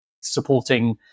supporting